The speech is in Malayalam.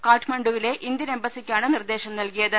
കാഠ്മണ്ഡുവിലെ ഇന്ത്യൻ ഏംബസിക്കാണ് നിർദ്ദേശം നൽകിയത്